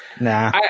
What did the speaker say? nah